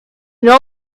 know